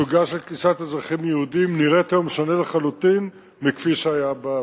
הסוגיה של כניסת אזרחים יהודים נראית היום שונה לחלוטין מכפי שהיה בעבר.